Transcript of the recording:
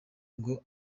ngo